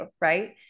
Right